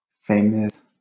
famous